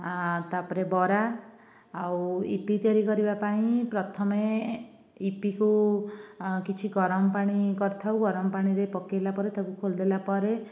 ତା'ପରେ ବରା ଆଉ ୟିପି ତିଆରି କରିବାପାଇଁ ପ୍ରଥମେ ୟିପିକୁ କିଛି ଗରମ ପାଣି କରିଥାଉ ଗରମ ପାଣିରେ ପକେଲ ପରେ ତା'କୁ ଖୋଲିଦେଲା ପରେ